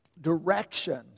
direction